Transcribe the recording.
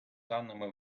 даними